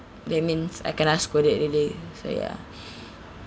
that means I kena scolded again so ya